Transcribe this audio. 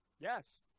Yes